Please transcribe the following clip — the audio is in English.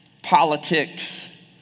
politics